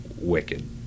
wicked